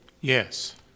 yes